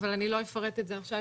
אבל אני לא אפרט את זה עכשיו,